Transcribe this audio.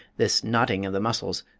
this knotting of the muscles,